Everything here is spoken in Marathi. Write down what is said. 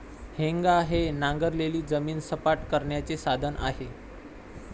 हेंगा हे नांगरलेली जमीन सपाट करण्याचे साधन आहे